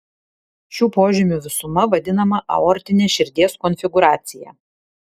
šių požymių visuma vadinama aortine širdies konfigūracija